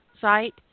site